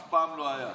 אף פעם לא היה.